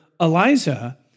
Eliza